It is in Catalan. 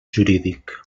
jurídic